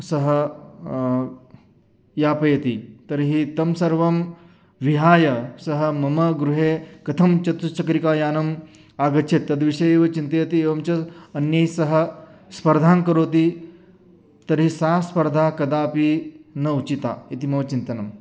सः यापयति तर्हि तं सर्वं विहाय सः मम गृहे कथं चतुश्चक्रिकायानम् आगच्छद् तद् विषयेव चिन्तयति एवं च अन्यैः सह स्पर्धां करोति तर्हि सा स्पर्धा कदापि न उचिता इति मम चिन्तनम्